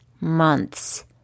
months